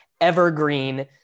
evergreen